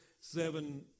seven